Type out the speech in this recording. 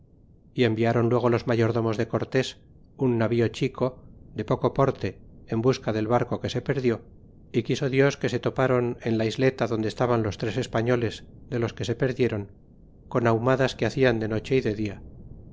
y enviaron luego los mayordomos de cortés un navio chico de poco porte en busca del barco que se perdió y quiso dios que se toparon en la isleta donde estaban los tres esparmles de los que se perdieron con ahumadas que hacian de noche é de dia